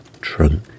trunk